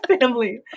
family